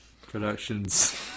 Productions